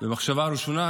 במחשבה ראשונה,